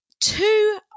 two